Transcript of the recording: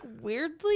weirdly